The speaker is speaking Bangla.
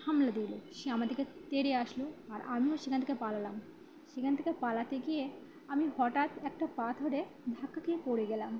হামলা দিল সে আমার দিকে তেড়ে আসল আর আমিও সেখান থেকে পালালাম সেখান থেকে পালাতে গিয়ে আমি হঠাৎ একটা পাথরে ধাক্কা খয়ে পড়ে গেলাম